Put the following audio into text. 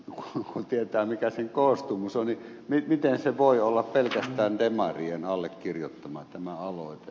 kun tietää mikä sen koostumus on niin miten voi olla pelkästään demarien allekirjoittama tämä aloite